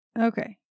Okay